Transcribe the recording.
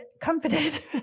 comforted